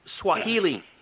Swahili